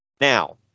Now